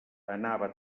anava